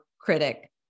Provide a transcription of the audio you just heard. critic